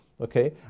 okay